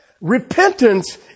Repentance